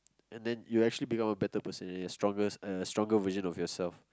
and then you actually become a better person and a strongest stronger version of yourself